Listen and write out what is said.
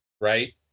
right